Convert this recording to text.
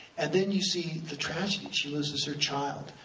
and then you see the tragedy, she loses her child.